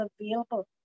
available